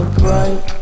bright